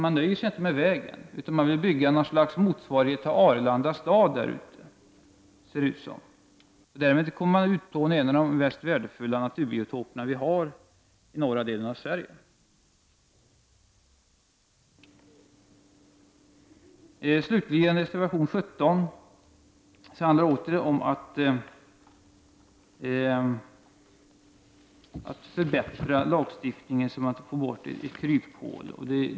Man nöjer sig inte med vägen, utan man vill bygga något slags motsvarighet till Arlanda stad, ser det ut som. Därmed kommer man att utplåna en av de mest värdefulla naturbiotoper vi har i norra delen av Sverige. Slutligen till reservation 17. Där handlar det återigen om att förbättra lagstiftningen så att man får bort kryphål.